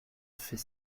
fait